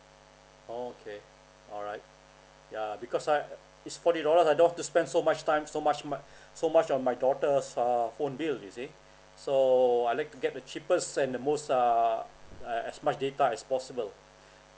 okay alright ya because I it's forty dollar I don't want to spend so much time so much mo~ so much on my daughter uh phone bill you see so I like to get the cheapest and the most err as much data is possible